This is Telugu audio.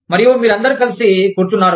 మరియు మీరందరూ కలిసి కూర్చున్నారు